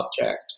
object